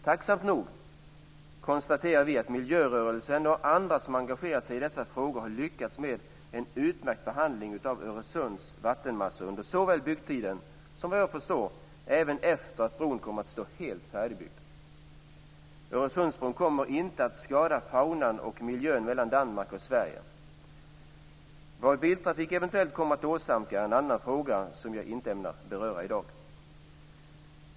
Tacksamt nog konstaterar vi att miljörörelsen, och andra som engagerat sig i dessa frågor, har lyckats med en utmärkt behandling av Öresunds vattenmassor under såväl byggtiden som, vad jag förstår, även efter det att bron står helt färdigbyggd. Öresundsbron kommer inte att skada faunan och miljön mellan Danmark och Sverige. Vad biltrafiken eventuellt kommer att åsamka är en annan fråga som jag inte ämnar beröra i dag.